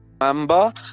Remember